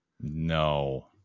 No